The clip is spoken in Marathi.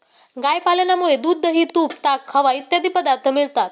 गाय पालनामुळे दूध, दही, तूप, ताक, खवा इत्यादी पदार्थ मिळतात